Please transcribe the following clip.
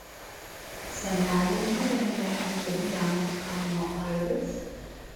senelių marinimo ant fudzijamos kalno aidas